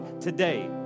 today